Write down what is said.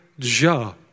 Ja